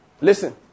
Listen